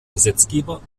gesetzgeber